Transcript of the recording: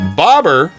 bobber